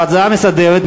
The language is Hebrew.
הוועדה המסדרת,